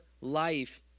life